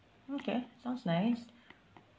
okay sounds nice